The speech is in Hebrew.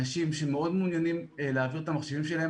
אנשים מאוד מעוניינים להעביר את המחשבים שלהם.